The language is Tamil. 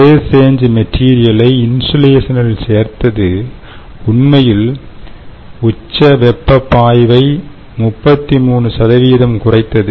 ஃபேஸ் சேஞ் மெட்டீரியலை இன்சுலேஷனில் சேர்த்தது உண்மையில் உச்ச வெப்பப் பாய்வை 33 குறைத்தது